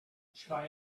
should